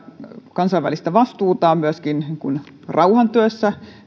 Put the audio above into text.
kansainvälistä vastuutaan myöskin rauhantyössä